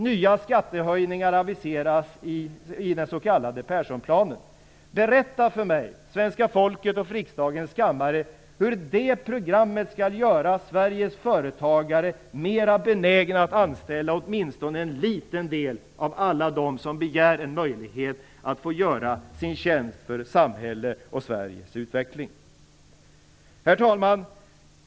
Nya skattehöjningar aviseras i den s.k. Perssonplanen. Berätta för mig, svenska folket och riksdagens kammare hur det programmet skall göra Sveriges företagare mera benägna att anställa åtminstone en liten del av alla dem som begär en möjlighet att få göra sin tjänst för samhället och för Sveriges utveckling! Herr talman!